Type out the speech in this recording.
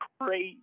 great